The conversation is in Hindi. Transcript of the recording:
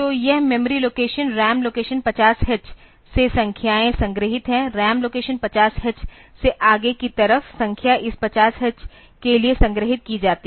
तो यह memory location RAM location 50 h से संख्याएं संग्रहीत हैं रैम लोकेशन 50 h से आगे की तरफ संख्या इस 50 h के लिए संग्रहीत की जाती है